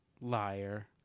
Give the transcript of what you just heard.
Liar